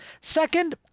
Second